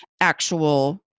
actual